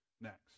next